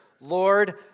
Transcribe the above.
Lord